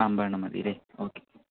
അമ്പതെണ്ണം മതി അല്ലെ ഓക്കേ